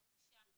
ולרי בבקשה.